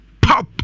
Pop